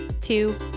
two